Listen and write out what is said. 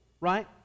right